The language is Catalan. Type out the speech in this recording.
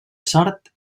sort